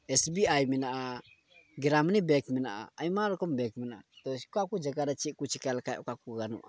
S B I ᱢᱮᱱᱟᱜᱼᱟ Gramini bank ᱢᱮᱱᱟᱜᱼᱟ ᱟᱭᱢᱟ ᱨᱚᱠᱚᱢ ᱵᱮᱝᱠ ᱢᱮᱱᱟᱜᱼᱟ ᱛᱳ ᱚᱠᱟ ᱠᱚ ᱡᱟᱭᱜᱟ ᱨᱮ ᱪᱮᱫ ᱠᱚ ᱪᱤᱠᱟᱹ ᱞᱮᱠᱷᱟᱡ ᱚᱠᱟ ᱠᱚ ᱜᱟᱱᱚᱜᱼᱟ